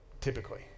typically